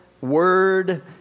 word